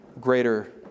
greater